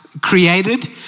created